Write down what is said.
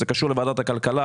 זה קשור לוועדת הכלכלה.